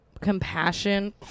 compassion